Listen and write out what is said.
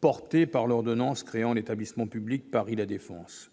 porté par l'ordonnance créant l'établissement public Paris La Défense.